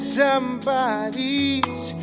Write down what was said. somebody's